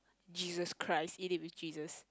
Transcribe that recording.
Jesus Christ eat it with Jesus